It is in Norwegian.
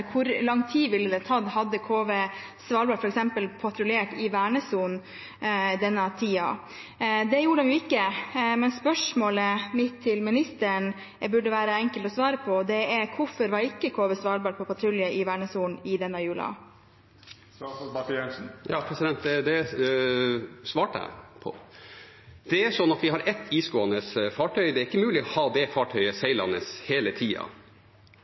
Det gjorde den ikke, men spørsmålet mitt til ministeren burde være enkelt å svare på. Det er: Hvorfor var ikke KV «Svalbard» på patrulje i vernesonen denne jula? Det svarte jeg på. Vi har ett isgående fartøy. Det er ikke mulig å ha det fartøyet seilende hele tida.